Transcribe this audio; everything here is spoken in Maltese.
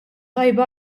tajba